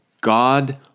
God